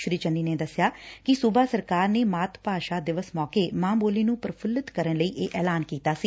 ਸ੍ਰੀ ਚੰਨੀ ਨੇ ਦਸਿਆ ਕਿ ਸੁਬਾ ਸਰਕਾਰ ਨੇ ਮਾਤ ਭਾਸ਼ਾ ਦਿਵਸ ਮੌਕੇ ਮਾਂ ਬੋਲੀ ਨੂੰ ਪੁਵੁੱਲਤ ਕਰਨ ਲਈ ਇਹ ਐਲਾਨ ਕੀਤਾ ਸੀ